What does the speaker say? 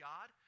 God